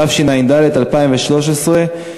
התשע"ד 2013,